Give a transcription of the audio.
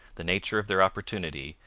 the nature of their opportunity,